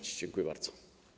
Dziękuję bardzo.